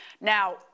Now